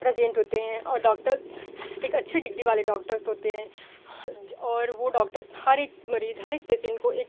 present होते हैं और डॉक्टर्स एक अच्छे डिग्री वाले डॉक्टर्स होते हैं और वो डॉक्टर्स हर एक मरीज हर एक पेसेन्ट को एक